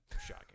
shocking